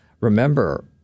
Remember